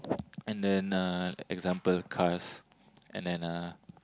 and then uh example cars and then uh